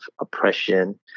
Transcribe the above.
oppression